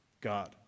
God